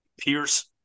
Pierce